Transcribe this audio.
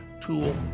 tool